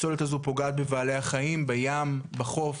הפסולת הזו פוגעת בבעלי החיים, בים, בחוף,